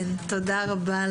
תודה רבה.